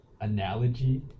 analogy